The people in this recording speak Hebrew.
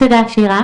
תודה שירה